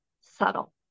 subtle